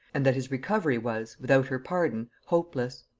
and that his recovery was without her pardon hopeless.